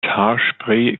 haarspray